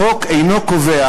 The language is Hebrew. החוק אינו קובע,